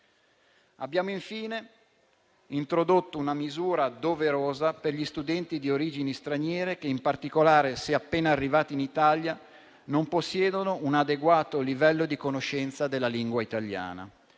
Abbiamo, infine, introdotto una misura doverosa per gli studenti di origini straniere che, in particolare se appena arrivati in Italia, non possiedono un adeguato livello di conoscenza della lingua italiana.